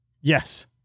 Yes